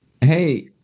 Hey